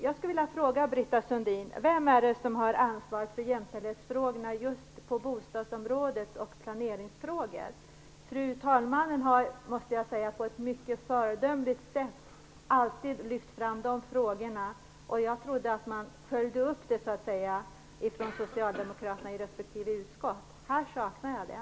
Jag skulle vilja fråga Britta Sundin: Vem är det som har ansvar för jämställdhetsfrågorna just på bostadsområdet och i planeringsfrågor? Talmannen har ju på ett mycket föredömligt sätt, måste jag säga, alltid lyft fram dessa frågor, och jag trodde att man så att säga följde upp detta från Socialdemokraterna i respektive utskott. Här saknar jag det.